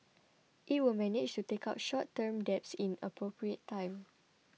it will manage to take out short term debts in appropriate time